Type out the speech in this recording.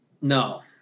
No